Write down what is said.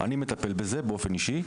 אני מטפל בזה באופן אישי,